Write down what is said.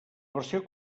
versió